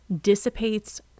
dissipates